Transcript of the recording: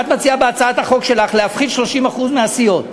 את מציעה בהצעת החוק שלך להפחית 30% ממימון הסיעות.